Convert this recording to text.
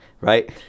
Right